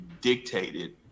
dictated